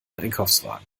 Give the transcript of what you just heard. einkaufswagen